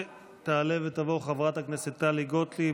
תעלה ותבוא חברת הכנסת טלי גוטליב.